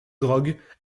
drogue